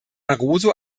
barroso